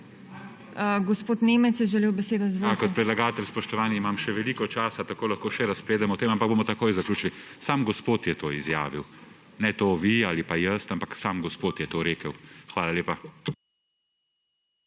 Gospod Nemec je želel besedo. Izvolite. **MATJAŽ NEMEC (PS SD):** Kot predlagatelj, spoštovani, imam še veliko časa, tako lahko še razpredam o tem, ampak bomo takoj zaključili. Sam gospod je to izjavil. Ne vi ali pa jaz, ampak sam gospod je to rekel. Hvala lepa.